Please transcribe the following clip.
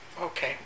Okay